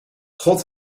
god